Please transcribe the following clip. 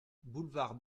boulevard